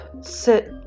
Sit